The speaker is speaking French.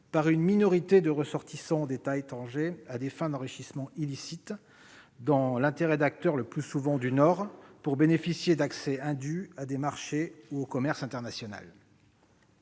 par une minorité de ressortissants d'États étrangers à des fins d'enrichissement illicite, dans l'intérêt d'acteurs, le plus souvent du Nord, visant à bénéficier d'accès indus à des marchés ou au commerce international.